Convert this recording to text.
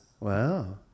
wow